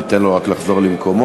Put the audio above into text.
ניתן לו רק לחזור למקומו.